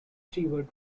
stewart